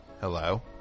Hello